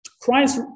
Christ